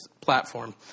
platform